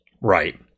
right